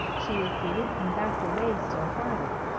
she repeated, and backed away still farther.